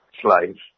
slaves